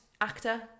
actor